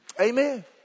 amen